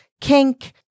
kink